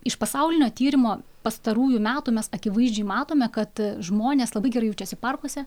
iš pasaulinio tyrimo pastarųjų metų mes akivaizdžiai matome kad žmonės labai gerai jaučiasi parkuose